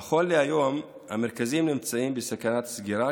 נכון להיום המרכזים נמצאים בסכנת סגירה,